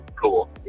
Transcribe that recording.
cool